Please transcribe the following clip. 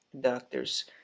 doctors